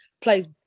plays